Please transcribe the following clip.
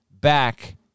back